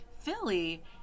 philly